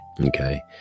Okay